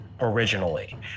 originally